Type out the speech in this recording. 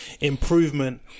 improvement